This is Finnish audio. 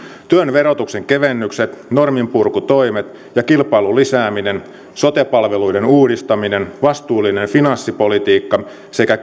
työn verotuksen kevennykset norminpurkutoimet ja kilpailun lisääminen sote palveluiden uudistaminen vastuullinen finanssipolitiikka sekä